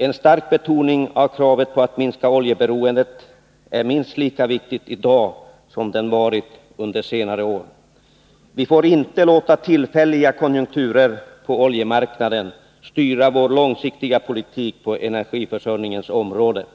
Att starkt betona kravet på att minska oljeberoendet är minst lika viktigt i dag som det varit under tidigare år. Vi får inte låta tillfälliga konjunkturer på oljemarknaden styra vår långsiktiga politik på energiförsörjningens område.